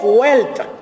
wealth